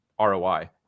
ROI